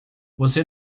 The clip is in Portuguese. você